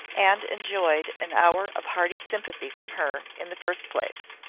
and enjoyed an hour of hearty sympathy from her, in the first place.